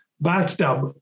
bathtub